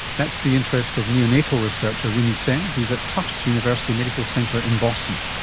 that's the interest of neonatal researcher rimi sen who's at tufts university medical center in boston.